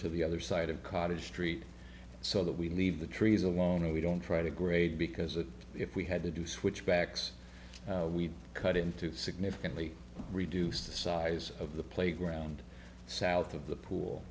to the other side of cottage street so that we leave the trees alone and we don't try to grade because if we had to do switchbacks we'd cut in to significantly reduce the size of the playground south of the pool